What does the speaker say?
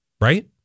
Right